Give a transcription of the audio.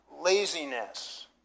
laziness